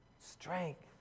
strength